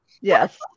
Yes